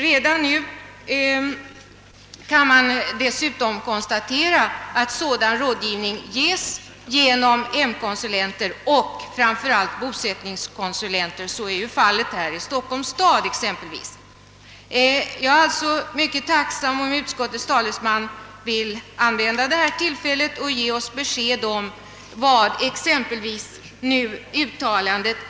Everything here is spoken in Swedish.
Redan nu kan man dessutom konstatera att sådan rådgivning ges av hemkonsulenter och framför allt bosättningskonsulenter, och så är ju fallet exempelvis i Stockholms stad. Jag är alltså mycket tacksam om utskottets talesman ville använda detta tillfälle och ge oss besked om vad exempelvis följande uttalande innebär: ».